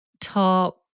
top